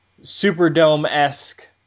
Superdome-esque